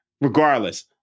regardless